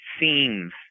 seems